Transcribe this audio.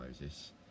Moses